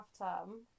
half-term